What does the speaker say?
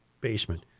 basement